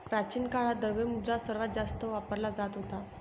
प्राचीन काळात, द्रव्य मुद्रा सर्वात जास्त वापरला जात होता